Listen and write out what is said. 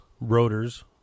Rotors